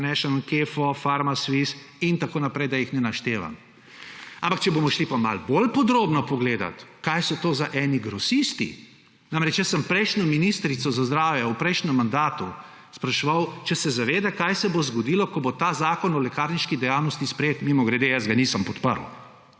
Kefo, Pharmaswiss,« in tako naprej, da jih ne naštevam. Ampak če bomo šli malo bolj podrobno pogledat, kaj so to za eni grosisti … Prejšnjo ministrico za zdravje sem v prejšnjem mandatu spraševal, če se zaveda, kaj se bo zgodilo, ko bo ta zakon o lekarniški dejavnosti sprejet. Mimogrede, jaz ga nisem podprl